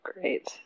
Great